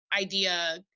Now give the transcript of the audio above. idea